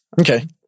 Okay